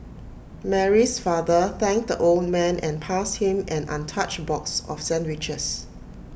Mary's father thanked the old man and passed him an untouched box of sandwiches